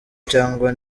cyangwa